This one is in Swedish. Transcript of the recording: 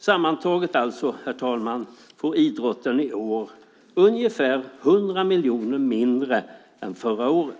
Sammantaget, herr talman, får alltså idrotten i år ungefär 100 miljoner mindre än förra året.